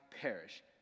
perish